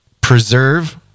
preserve